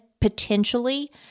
potentially